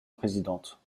présidente